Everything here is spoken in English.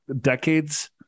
decades